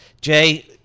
Jay